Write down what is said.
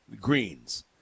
greens